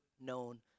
known